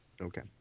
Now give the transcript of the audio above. Okay